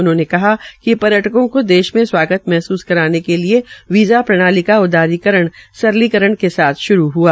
उन्होंने कहा कि पर्यटकों को देश में स्वागत महसूस कराने के लिए वीज़ा प्रणाली का उदारीकरण के साथ श्रू हआ